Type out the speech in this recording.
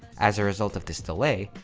as a result of this delay,